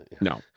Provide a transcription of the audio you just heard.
no